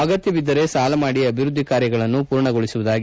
ಅಗತ್ತವಿದ್ದರೆ ಸಾಲ ಮಾಡಿ ಅಭಿವೃದ್ಧಿ ಕಾರ್ಯಗಳನ್ನು ಮೂರ್ಣಗೊಳಿಸುವುದಾಗಿ ಹೇಳಿದರು